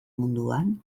munduan